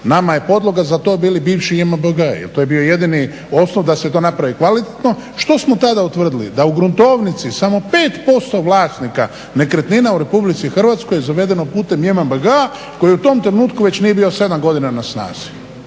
nama je podloga bio bivši JMBG jel to je bio jedini osnov da se to napravi kvalitetno. Što smo tada utvrdili? Da u gruntovnici samo 5% vlasnika nekretnina u RH zavedeno putem JMBG-a koji u tom trenutku nije bio već 7 godina na snazi.